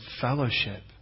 fellowship